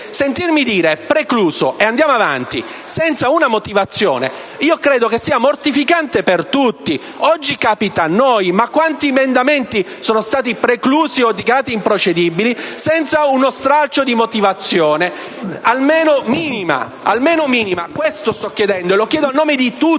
e vedere che si va avanti senza una motivazione credo che sia mortificante per tutti. Oggi capita a noi, ma quanti emendamenti sono stati preclusi o dichiarati improcedibili senza uno straccio di motivazione, almeno minima? Questo sto chiedendo, e lo faccio a nome di tutti,